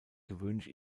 gewöhnlich